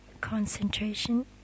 concentration